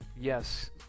yes